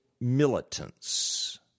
militants